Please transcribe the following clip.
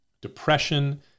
depression